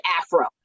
Afro